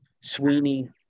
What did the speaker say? Sweeney